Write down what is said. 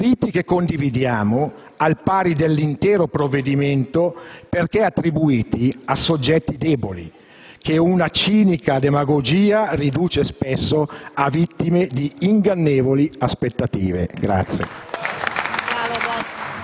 diritti che condividiamo, al pari dell'intero provvedimento, perché attribuiti a soggetti deboli, che una cinica demagogia riduce spesso a vittime di ingannevoli aspettative.